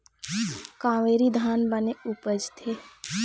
कावेरी धान बने उपजथे?